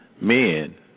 men